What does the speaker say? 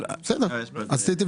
וגם על בסיס השיח שקיימנו אני חושבת